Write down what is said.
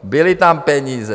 Byly tam peníze.